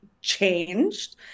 changed